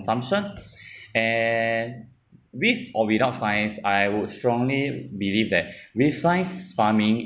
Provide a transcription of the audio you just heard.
consumption and with or without science I would strongly believe that with science farming